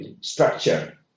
structure